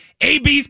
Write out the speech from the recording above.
AB's